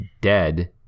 dead